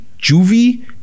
Juvie